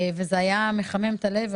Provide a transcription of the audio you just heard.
זה היה מחמם את הלב,